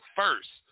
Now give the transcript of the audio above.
first